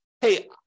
Hey